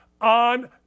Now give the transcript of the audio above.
on